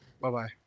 bye-bye